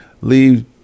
leave